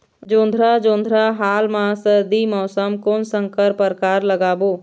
जोंधरा जोन्धरा हाल मा बर सर्दी मौसम कोन संकर परकार लगाबो?